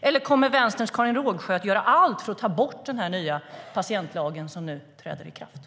Eller kommer Vänsterns Karin Rågsjö att göra allt för att ta bort den nya patientlag som nu träder i kraft?